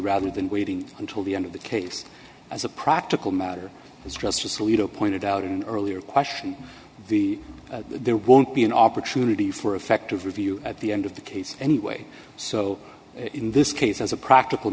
rather than waiting until the end of the case as a practical matter as justice alito pointed out in earlier question the there won't be an opportunity for effective review at the end of the case anyway so in this case as a practical